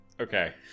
Okay